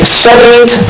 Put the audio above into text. studied